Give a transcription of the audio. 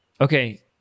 okay